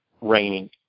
raining